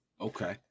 Okay